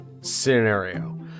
scenario